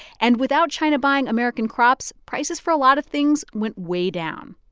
and without china buying american crops, prices for a lot of things went way down.